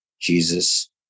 Jesus